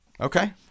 Okay